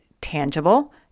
tangible